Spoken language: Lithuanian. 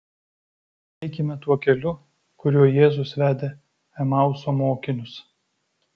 eikime tuo keliu kuriuo jėzus vedė emauso mokinius